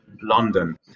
London